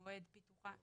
מועד פיתוחה,